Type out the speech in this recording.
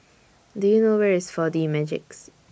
Do YOU know Where IS four D Magix